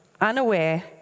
unaware